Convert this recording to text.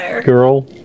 girl